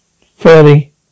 Fairly